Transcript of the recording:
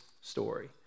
story